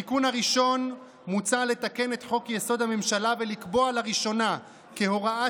בתיקון הראשון מוצע לתקן את חוק-יסוד: הממשלה ולקבוע לראשונה כהוראה